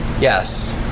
Yes